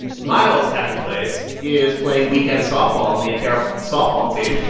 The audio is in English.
miles' happy place is playing weekend softball on the npr softball team.